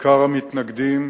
עיקר המתנגדים,